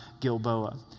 Gilboa